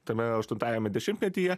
tame aštuntajame dešimtmetyje